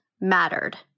mattered